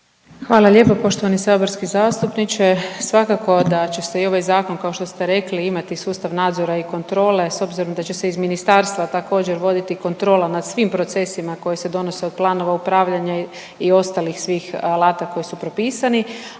Hvala lijepo poštovani saborski zastupniče, svakako da će se i ovaj zakon kao što ste rekli imati sustav nadzora i kontrole s obzirom da će se iz ministarstva također voditi kontrola nad svim procesima koji se donose od planova upravljanja i ostalih svih alata koji su propisani,